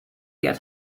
get